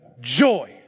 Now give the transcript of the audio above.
Joy